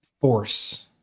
force